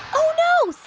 oh,